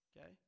okay